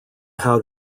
how